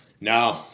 No